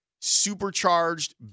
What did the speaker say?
supercharged